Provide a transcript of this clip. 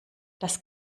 das